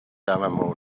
alamo